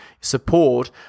support